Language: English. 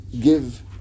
give